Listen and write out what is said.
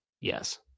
Yes